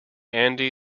andy